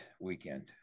weekend